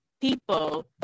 people